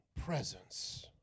presence